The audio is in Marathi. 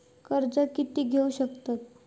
कर्ज कीती घेऊ शकतत?